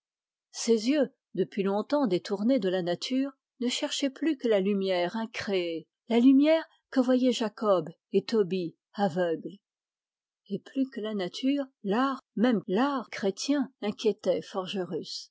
ses yeux depuis longtemps détournés de la nature ne cherchaient plus que la lumière incréée la lumière que voyaient jacob et tobie aveugle et plus que la nature l'art même l'art chrétien inquiétait